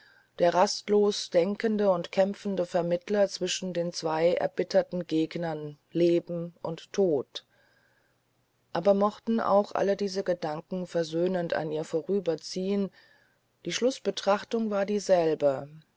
der rastlos denkende und kämpfende vermittler zwischen den zwei erbitterten gegnern leben und tod aber mochten auch alle diese gedanken versöhnend an ihr vorüberziehen die schlußbetrachtung war dieselbe